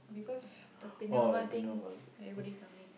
because the thing everybody coming